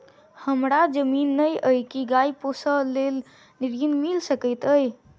हमरा जमीन नै अई की गाय पोसअ केँ लेल ऋण मिल सकैत अई?